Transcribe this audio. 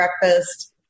breakfast